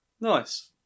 nice